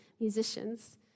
musicians